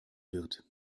wird